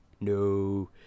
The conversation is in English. no